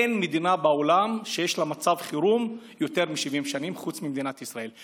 אין מדינה בעולם שיש לה מצב חירום יותר מ-70 שנים חוץ ממדינת ישראל.